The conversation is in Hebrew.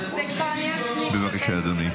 בבקשה, אדוני.